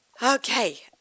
Okay